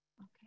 Okay